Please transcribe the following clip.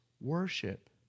worship